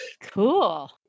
cool